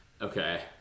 Okay